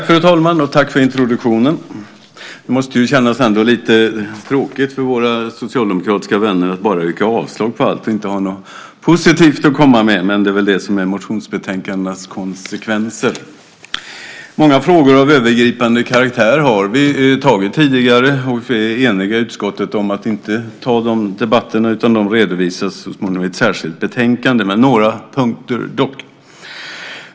Fru talman! Tack för introduktionen! Det måste ändå kännas lite tråkigt för våra socialdemokratiska vänner att bara yrka avslag på allt och inte ha något positivt att komma med. Men det är väl det som är motionsbetänkandenas konsekvenser. Många frågor av övergripande karaktär har vi tagit upp tidigare, och vi är eniga i utskottet om att inte ta de debatterna. De redovisas så småningom i ett särskilt betänkande. Jag ska dock ta upp några punkter.